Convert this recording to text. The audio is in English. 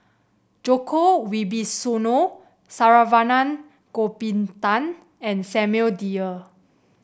Djoko Wibisono Saravanan Gopinathan and Samuel Dyer